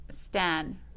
Stan